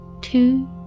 two